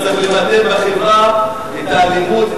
הוא צריך למתן בחברה את האלימות,